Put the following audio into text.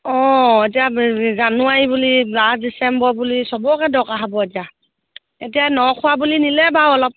অঁ এতিয়া জানুৱাৰী বুলি লাষ্ট ডিচেম্বৰ বুলি সবকে দৰকাৰ হ'ব এতিয়া এতিয়া ন খোৱা বুলি নিলে বাৰু অলপ